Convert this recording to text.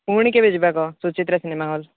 ପୁଣି କେବେ ଯିବା କହ ସୁଚିତ୍ରା ସିନେମା ହଲ୍